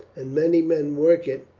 and many men work it,